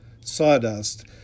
sawdust